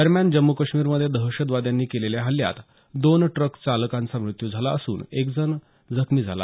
दरम्यान जम्मू काश्मीरमधे दहशतवाद्यांनी केलेल्या हल्ल्यात दोन ट्रक चालकांचा मृत्यू झाला असून एक जण जखमी झाला